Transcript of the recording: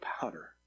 powder